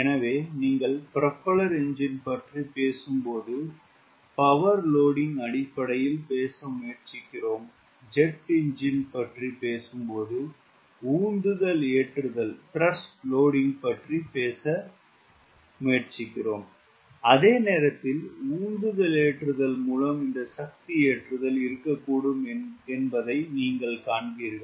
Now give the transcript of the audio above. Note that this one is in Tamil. எனவே நீங்கள் ப்ரொபெல்லர் என்ஜின் பற்றி பேசும்போது பவர் லோடிங் அடிப்படையில் பேச முயற்சிக்கிறோம் ஜெட் என்ஜின் பற்றி பேசும்போது உந்துதல் ஏற்றுதல் பற்றி பேசுகிறோம் அதே நேரத்தில் உந்துதல் ஏற்றுதல் மூலம் இந்த சக்தி ஏற்றுதல் இருக்கக்கூடும் என்பதை நீங்கள் காண்பீர்கள்